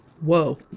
Whoa